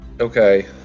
okay